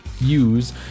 use